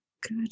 Good